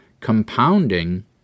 Compounding